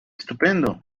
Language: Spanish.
estupendo